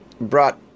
brought